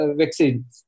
vaccines